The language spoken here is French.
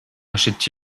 achète